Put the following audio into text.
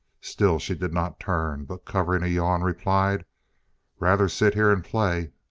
still she did not turn but, covering a yawn, replied rather sit here and play.